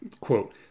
quote